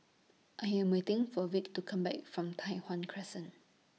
I Am waiting For Vic to Come Back from Tai Hwan Crescent